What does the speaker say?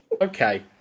Okay